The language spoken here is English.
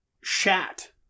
shat